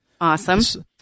Awesome